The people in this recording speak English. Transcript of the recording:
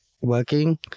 working